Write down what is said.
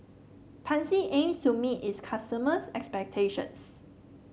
Pansy aims to meet its customers' expectations